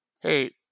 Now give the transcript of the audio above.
Hey